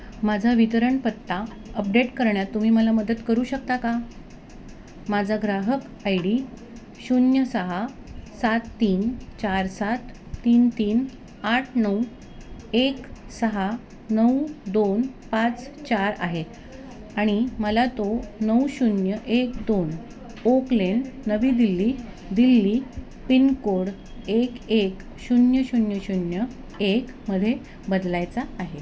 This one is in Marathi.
माझा वितरण पत्ता अपडेट करण्यात तुम्ही मला मदत करू शकता का माझा ग्राहक आय डी शून्य सहा सात तीन चार सात तीन तीन आठ नऊ एक सहा नऊ दोन पाच चार आहे आणि मला तो नऊ शून्य एक दोन ओक लेन नवी दिल्ली दिल्ली पिनकोड एक एक शून्य शून्य शून्य एकमध्ये बदलायचा आहे